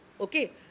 okay